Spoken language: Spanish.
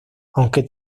aunque